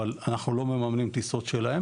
אבל אנחנו לא ממנים טיסות שלהם